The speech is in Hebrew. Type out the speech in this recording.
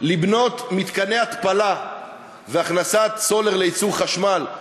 לבנות מתקני התפלה והכנסת סולר לייצור חשמל,